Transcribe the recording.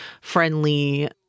friendly